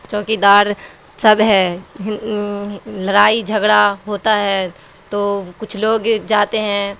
چوکیدار سب ہے لڑائی جھگڑا ہوتا ہے تو کچھ لوگ جاتے ہیں